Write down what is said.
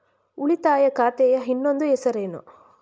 ಉಳಿತಾಯ ಖಾತೆಯ ಇನ್ನೊಂದು ಹೆಸರೇನು?